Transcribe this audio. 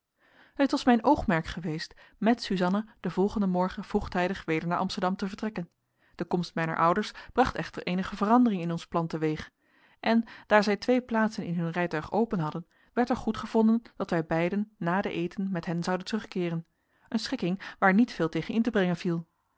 het was mijn oogmerk geweest met suzanna den volgenden morgen vroegtijdig weder naar amsterdam te vertrekken de komst mijner ouders bracht echter eenige verandering in ons plan teweeg en daar zij twee plaatsen in hun rijtuig open hadden werd er goedgevonden dat wij beiden na den eten met hen zouden terugkeeren een schikking waar niet veel tegen in te brengen viel